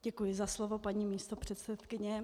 Děkuji za slovo, paní místopředsedkyně.